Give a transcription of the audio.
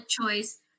choice